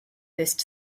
first